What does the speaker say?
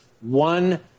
one